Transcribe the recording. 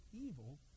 evil